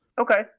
Okay